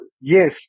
Yes